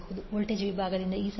255 j10V voltage ವಿಭಾಗದಿಂದ Vx10102